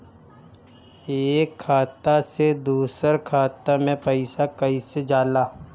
एक खाता से दूसर खाता मे पैसा कईसे जाला?